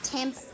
Temp